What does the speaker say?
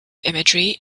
imagery